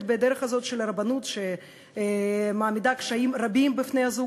בדרך הזו של הרבנות שמעמידה קשיים רבים בפני הזוג,